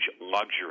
luxury